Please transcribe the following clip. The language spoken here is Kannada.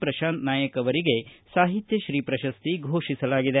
ಪ್ರಶಾಂತ ನಾಯಕ ಅವರಿಗೆ ಸಾಹಿತ್ಯ ಶ್ರೀ ಪ್ರಶಸ್ತಿ ಫೋಷಿಸಲಾಗಿದೆ